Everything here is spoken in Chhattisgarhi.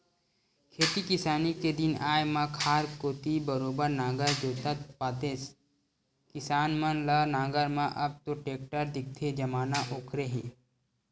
खेती किसानी के दिन आय म खार कोती बरोबर नांगर जोतत पातेस किसान मन ल नांगर म अब तो टेक्टर दिखथे जमाना ओखरे हे